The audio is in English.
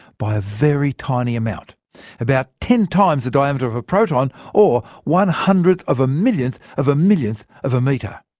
by a very tiny amount about ten times the diameter of a proton, or one hundredth of a millionth of a millionth of a metre.